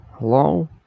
Hello